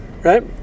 right